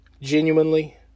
genuinely